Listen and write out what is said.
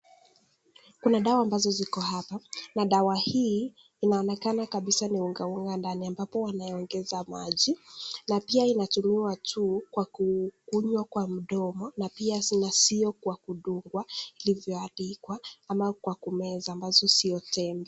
Kuna dawa ambazo ziko hapa, na dawa hii inaonekana kabisa ni unga unga ndani ambapo wanaongeza maji, na pia inatumiwa tu kwa kukunywa kwa mdomo na pia kuna zile za kudungwa kuandikwa ama kwa kumeza ambazo sio tembe